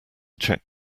check